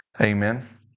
Amen